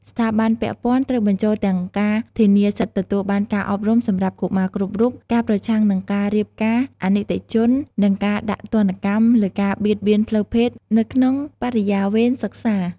ស្ថាប័នពាក់ព័ន្ធត្រូវបញ្ចូលទាំងការធានាសិទ្ធិទទួលបានការអប់រំសម្រាប់កុមារគ្រប់រូប ការប្រឆាំងនឹងការរៀបការអនីតិជន និងការដាក់ទណ្ឌកម្មលើការបៀតបៀនផ្លូវភេទនៅក្នុងបរិយាវេនសិក្សា។